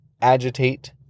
agitate